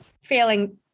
failing